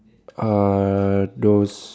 uh those